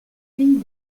fille